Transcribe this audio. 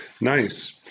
Nice